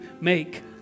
make